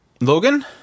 Logan